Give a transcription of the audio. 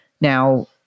Now